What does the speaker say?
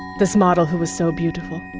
this model who was so beautiful?